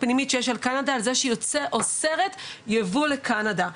פנימית על קנדה ועל זה שהיא אוסרת ייבוא לקנדה.